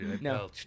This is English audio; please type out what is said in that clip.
No